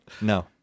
no